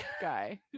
guy